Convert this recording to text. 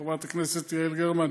חברת הכנסת יעל גרמן,